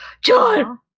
John